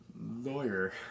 lawyer